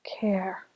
care